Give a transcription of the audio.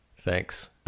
Thanks